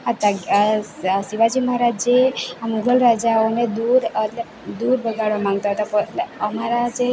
હતાં શિવાજી મહારાજ જે આ મુગલ રાજાઓને દૂર એટલે દૂર ભગાડવા માંગતા હતાં પણ અમારા જે